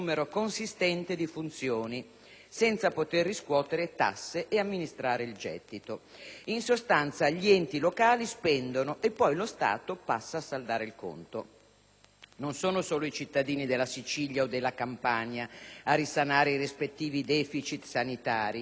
senza poter riscuotere tasse ed amministrare il gettito. In sostanza, gli enti locali spendono e poi lo Stato passa a saldare il conto. Non sono solo i cittadini della Sicilia o della Campania a risanare i rispettivi *deficit* sanitari, ma tutti gli italiani